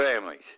families